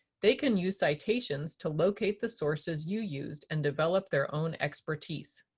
they can use citations to locate the sources you used and develop their own expertise.